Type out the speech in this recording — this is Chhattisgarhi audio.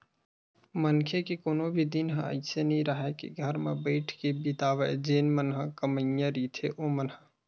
मनखे के कोनो भी दिन ह अइसे नइ राहय के घर म बइठ के बितावय जेन मन ह कमइया रहिथे ओमन ह